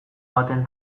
baten